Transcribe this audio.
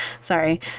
sorry